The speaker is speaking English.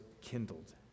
kindled